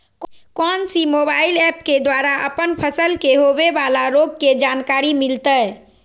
कौन सी mobile app के द्वारा अपन फसल के होबे बाला रोग के जानकारी मिलताय?